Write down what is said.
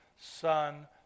Son